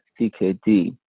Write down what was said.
CKD